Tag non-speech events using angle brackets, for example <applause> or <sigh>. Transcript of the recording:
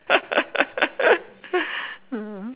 <laughs> mm